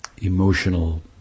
Emotional